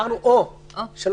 למעט שורה של